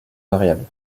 variables